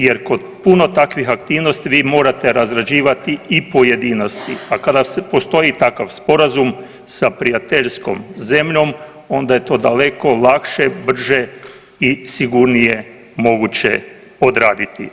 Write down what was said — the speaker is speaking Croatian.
Jer kod puno takvih aktivnosti vi morate razrađivati i pojedinosti, a kada postoji takav sporazum sa prijateljskom zemljom onda je to daleko lakše, brže i sigurnije moguće odraditi.